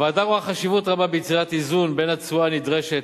הוועדה רואה חשיבות רבה ביצירת איזון בין התשואה הנדרשת